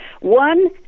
One